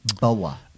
BOA